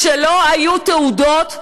כשלא היו תעודות,